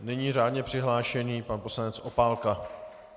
Nyní řádně přihlášený pan poslanec Opálka.